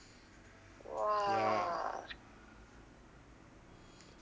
ya